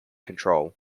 control